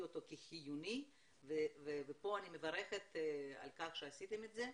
אותו כחיוני ואני מברכת על כך שעשיתם את זה,